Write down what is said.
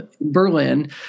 Berlin